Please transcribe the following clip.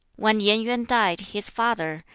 when yen yuen died, his father,